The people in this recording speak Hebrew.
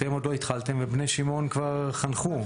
אתם עוד לא התחלתם ובני שמעון כבר חנכו.